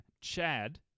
Chad